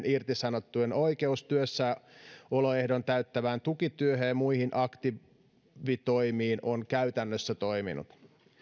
irtisanottujen oikeus työssäoloehdon täyttävään tukityöhön ja muihin aktiivitoimiin on käytännössä toiminut